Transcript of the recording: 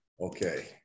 Okay